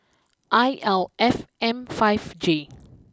I L F M five J